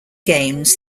games